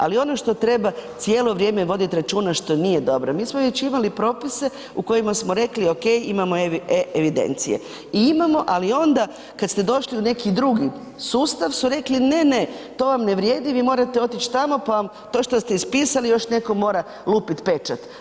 Ali ono što treba cijelo vrijeme vodit računa, što nije dobro, mi smo već imali propise u kojima smo rekli ok imamo e-evidencije i imamo, ali onda kad ste došli u neki drugi sustav su rekli ne, ne to vam ne vrijedi vi morate otić tamo pa to što ste ispisali još netko mora lupit pečat.